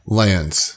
lands